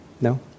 No